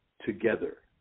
together